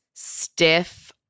stiff